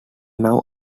now